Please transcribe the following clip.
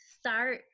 Start